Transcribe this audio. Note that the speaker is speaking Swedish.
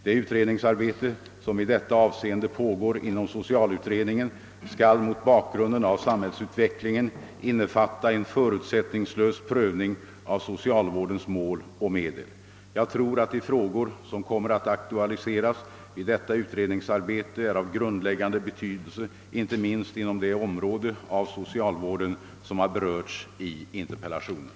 Det utredningsarbete som i detta avseende pågår inom <socialutredningen skall mot bakgrunden av samhällsutvecklingen innefatta en förutsättningslös prövning av socialvårdens mål och medel. Jag tror att de frågor som kommer att aktualiseras vid detta utredningsarbete är av grundläggande betydelse inte minst inom det område av socialvården som har berörts i interpellationen.